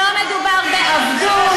לא מדובר בעבדות,